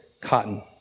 cotton